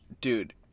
Dude